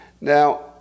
Now